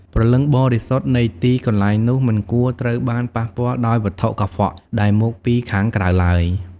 ព្រលឹងបរិសុទ្ធនៃទីកន្លែងនោះមិនគួរត្រូវបានប៉ះពាល់ដោយវត្ថុកខ្វក់ដែលមកពីខាងក្រៅឡើយ។